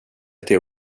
till